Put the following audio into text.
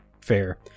Fair